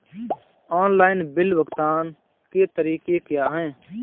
Online bill भुगतान के तरीके क्या हैं?